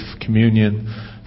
communion